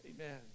Amen